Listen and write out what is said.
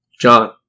John